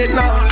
now